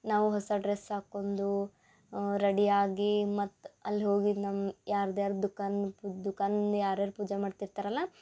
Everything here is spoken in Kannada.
ನಾವು ಹೊಸ ಡ್ರೆಸ್ ಹಾಕೊಂದು ರೆಡಿಯಾಗಿ ಮತ್ತು ಅಲ್ಲಿ ಹೋಗಿದ ನಮ್ಮ ಯಾರ್ದ ಯಾರ್ದ ದುಖಾನ್ ಪು ದುಖಾನ್ ಯಾರು ಯಾರು ಪೂಜೆ ಮಾಡ್ತಿರ್ತಾರಲ್ಲ